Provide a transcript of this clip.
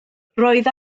roedd